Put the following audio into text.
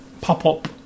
Pop-up